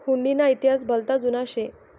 हुडी ना इतिहास भलता जुना शे